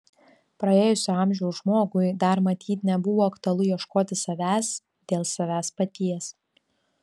praėjusio amžiaus žmogui dar matyt nebuvo aktualu ieškoti savęs dėl savęs paties